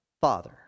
Father